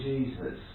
Jesus